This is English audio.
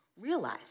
realize